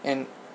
and